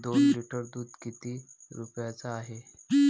दोन लिटर दुध किती रुप्याचं हाये?